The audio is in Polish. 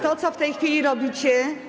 To, co w tej chwili robicie.